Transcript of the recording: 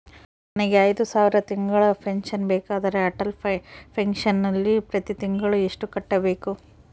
ನನಗೆ ಐದು ಸಾವಿರ ತಿಂಗಳ ಪೆನ್ಶನ್ ಬೇಕಾದರೆ ಅಟಲ್ ಪೆನ್ಶನ್ ನಲ್ಲಿ ಪ್ರತಿ ತಿಂಗಳು ಎಷ್ಟು ಕಟ್ಟಬೇಕು?